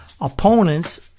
Opponents